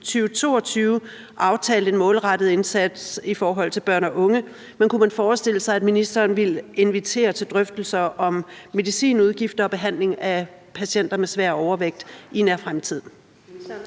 2022 aftalt en målrettet indsats i forhold til børn og unge, men kunne man forestille sig, at ministeren i nær fremtid ville invitere til drøftelser om medicinudgifter og behandling af patienter med svær overvægt?